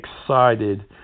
excited